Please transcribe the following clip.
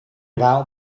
about